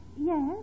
yes